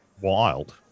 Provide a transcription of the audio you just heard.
wild